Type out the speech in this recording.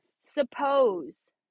suppose